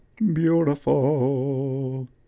Beautiful